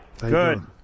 Good